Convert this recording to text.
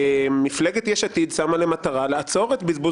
מפלגת יש עתיד שמה למטרה לעצור את בזבוז